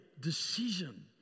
decision